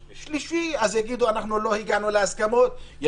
לא הגענו להסכמות.